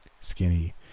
Skinny